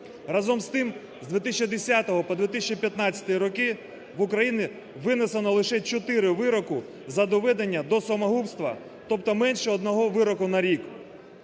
Разом з тим з 2010 по 2015 роки в Україні винесено лише чотири вироку за доведення до самогубства, тобто менше одного вироку на рік.